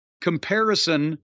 comparison